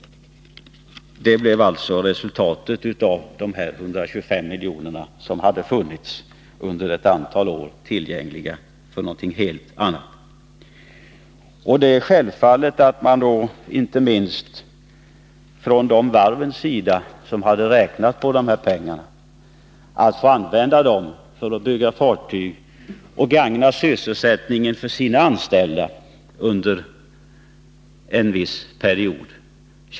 Detta blev alltså resultatet beträffande de 125 milj.kr. som under ett antal år hade funnits tillgängliga för länder som Mogambique. Självfallet kände sig inte minst de varv besvikna som praktiskt taget hade kontrakt färdiga och som räknat med att få pengarna för att bygga fartyg, och därmed gagna sysselsättningen för sina anställda.